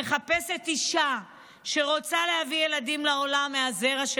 מחפשת אישה שרוצה להביא ילדים לעולם מהזרע של